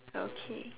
okay